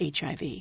HIV